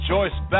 Joyce